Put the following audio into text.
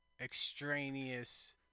extraneous